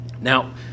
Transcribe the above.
Now